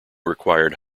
required